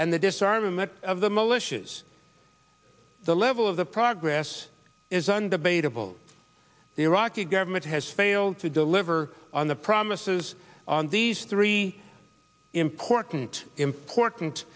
and the disarm of the militias the level of the progress is undebatable the iraqi government has failed to deliver on the promises on these three important important